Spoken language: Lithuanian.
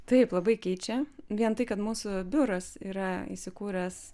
taip labai keičia vien tai kad mūsų biuras yra įsikūręs